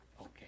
Okay